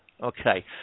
okay